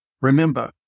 Remember